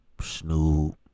Snoop